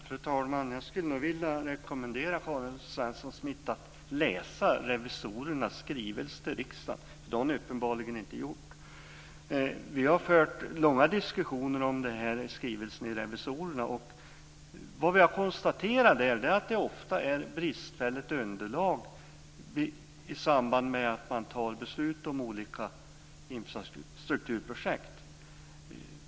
Fru talman! Jag skulle vilja rekommendera Karin Svensson Smith att läsa revisorernas skrivelse till riksdagen. Det har hon uppenbarligen inte gjort. Vi har fört långa diskussioner om skrivelsen med revisorerna. Vi har konstaterat att det ofta är bristfälligt underlag i samband med att man fattar beslut om olika infrastrukturprojekt.